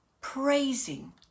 praising